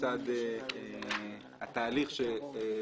עכשיו אני צריכה שבאמת תסביר לי כי מילא